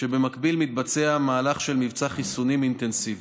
כשבמקביל מתבצע מהלך של מבצע חיסונים אינטנסיבי.